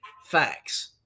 Facts